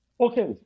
okay